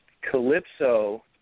Calypso